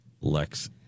Lex